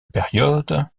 période